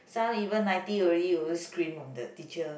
some even ninety already also scream on the teacher